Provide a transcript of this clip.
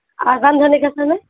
اور بند ہونے کا سمے